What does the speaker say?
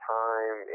time